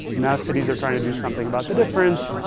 now cities are trying to do something about the difference.